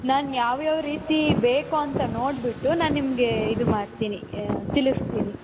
ನಾನು ಯಾವ್ಯಾವ ರೀತಿ ಬೇಕು ಅಂತ ನೋಡಿಬಿಟ್ಟು ನಾನು ನಿಮಗೆ ಇದು ಮಾಡ್ತೀನಿ ತಿಳಿಸ್ತೀನಿ